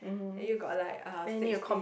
then you got like ah sixteen